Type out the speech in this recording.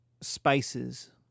spices